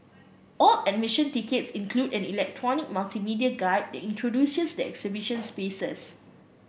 all admission tickets include an electronic multimedia guide that introduces the exhibition spaces